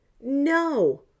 No